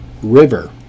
river